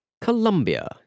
Colombia